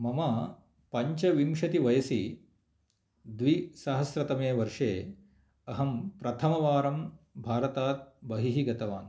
मम पञ्चविंशतिवयसि द्विसहस्रतमे वर्षे अहं प्रथमवारं भारतात् बहिः गतवान्